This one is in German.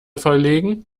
verlegen